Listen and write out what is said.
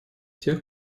тех